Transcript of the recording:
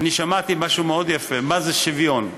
אני שמעתי משהו מאוד יפה, מה זה שוויון?